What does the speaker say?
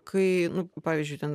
kai nu pavyzdžiui ten